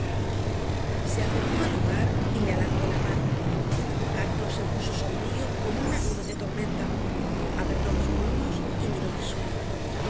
se acercó al hogar y le alargó la mano hareton se puso sombrío como una nube de tormenta apretó los puños y miró al suelo